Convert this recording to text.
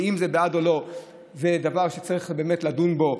ואם זה בעד או לא זה דבר שבאמת צריך לדון בו,